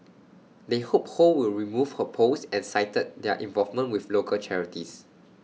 they hope ho will remove her post and cited their involvement with local charities